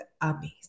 amazing